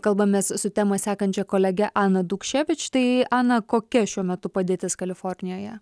kalbamės su temą sekančia kolege ana daukševič bet štai ana kokia šiuo metu padėtis kalifornijoje